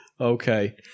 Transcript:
Okay